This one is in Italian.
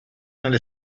nelle